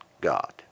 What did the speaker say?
God